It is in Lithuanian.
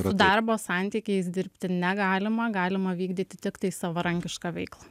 su darbo santykiais dirbti negalima galima vykdyti tiktai savarankišką veiklą